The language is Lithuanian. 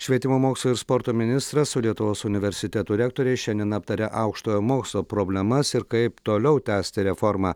švietimo mokslo ir sporto ministras su lietuvos universitetų rektoriais šiandien aptarė aukštojo mokslo problemas ir kaip toliau tęsti reformą